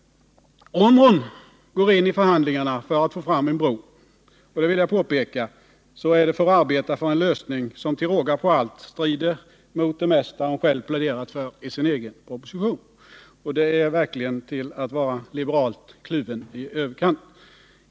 Om Anitha Bondestam går in i förhandlingarna för att få fram en bro — det vill jag påpeka — är det för att arbeta för en lösning som till råga på allt strider mot det mesta hon själv pläderat för i sin egen proposition. Det är verkligen till att vara liberalt kluven i överkant.